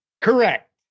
Correct